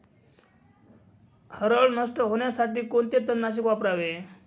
हरळ नष्ट होण्यासाठी कोणते तणनाशक वापरावे?